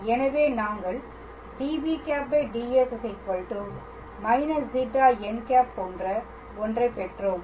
எனவே நாங்கள் db̂ ds −ζn̂ போன்ற ஒன்றைப் பெற்றோம்